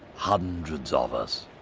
hundreds ah of us.